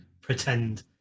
pretend